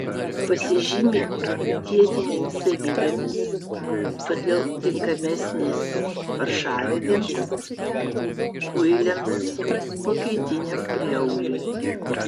pasižymi dietinėmis savybėmis todėl tinkamesnės paršavedėms kuiliams pakaitiniam prieaugliui